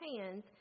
hands